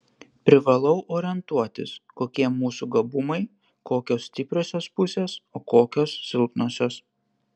privalau orientuotis kokie mūsų gabumai kokios stipriosios pusės o kokios silpnosios